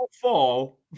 fall